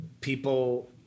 people